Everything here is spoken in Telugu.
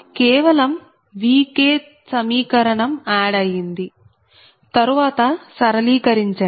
కేవలం Vkth సమీకరణం ఆడ్ అయ్యింది తర్వాత సరళీకరిచండి